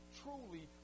truly